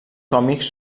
còmics